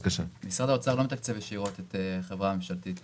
משרד האוצר לא מתקצב ישירות את החברה הממשלתית